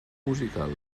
musical